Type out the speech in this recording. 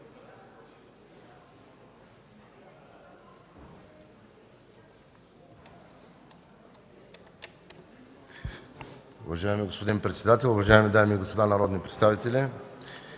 Ви, господин председател. Уважаеми дами и господа народни представители,